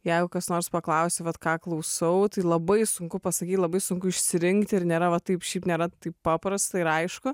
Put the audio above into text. jeigu kas nors paklausia vat ką klausau tai labai sunku pasakyt labai sunku išsirinkti ir nėra va taip šiaip nėra taip paprasta ir aišku